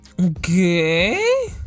Okay